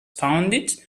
founded